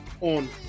on